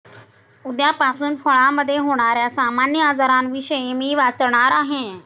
उद्यापासून फळामधे होण्याऱ्या सामान्य आजारांविषयी मी वाचणार आहे